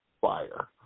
fire